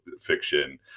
fiction